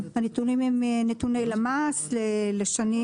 הנתונים הם נתוני למ"ס לשנים